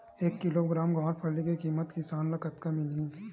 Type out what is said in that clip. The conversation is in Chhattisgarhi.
एक किलोग्राम गवारफली के किमत किसान ल कतका मिलही?